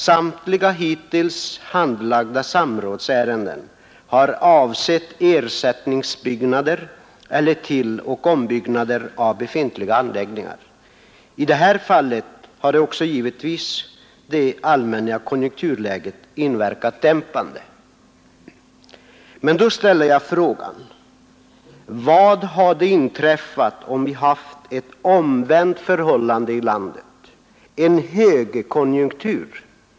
Samtliga hittills handlagda samrådsärenden har avsett ersättningsbyggnader eller tilloch ombyggnader av befintliga anläggningar. I detta fall har hittills också det allmänna konjunkturläget inverkat dämpande. Men då ställer jag frågan: Vad hade inträffat om vi haft ett omvänt förhållande i landet, en högkonjunktur?